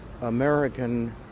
American